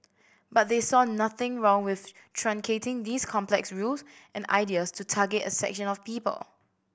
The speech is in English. but they saw nothing wrong with truncating these complex rules and ideas to target a section of people